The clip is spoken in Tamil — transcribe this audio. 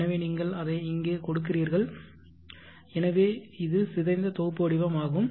எனவே நீங்கள் அதை இங்கே கொடுக்கிறீர்கள் எனவே இது சிதைந்த தொகுப்பு வடிவம் ஆகும்